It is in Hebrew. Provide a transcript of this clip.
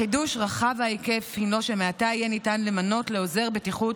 החידוש רחב ההיקף הוא שמעתה יהיה ניתן למנות לעוזר בטיחות